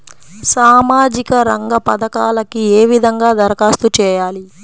సామాజిక రంగ పథకాలకీ ఏ విధంగా ధరఖాస్తు చేయాలి?